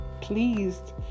pleased